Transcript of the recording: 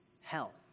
hell